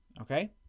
Okay